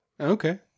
Okay